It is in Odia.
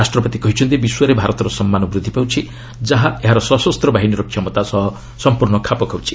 ରାଷ୍ଟ୍ରପତି କହିଛନ୍ତି ବିଶ୍ୱରେ ଭାରତର ସମ୍ମାନ ବୂଦ୍ଧି ପାଉଛି ଯାହା ଏହାର ସଶସ୍ତ ବାହିନୀର କ୍ଷମତା ସହ ସମ୍ପର୍ଣ୍ଣ ଖାପ ଖାଉଛି